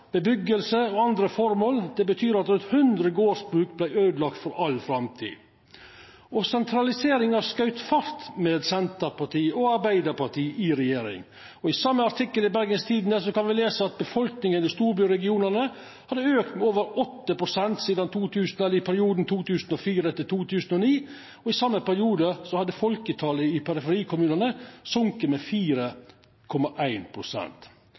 bebyggelse og andre formål. Det betyr at rundt 100 gårdsbruk ble ødelagt for all fremtid.» Sentraliseringa skaut fart med Senterpartiet og Arbeidarpartiet i regjering, og i same artikkel i Bergens Tidende kan me lesa: «Befolkningen i storbyregionene har økt med over åtte prosent siden 2004. I samme periode har folketallet i periferikommunene sunket med 4,1 prosent.»